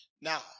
Now